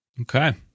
Okay